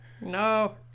No